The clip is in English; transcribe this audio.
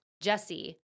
Jesse